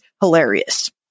hilarious